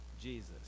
Jesus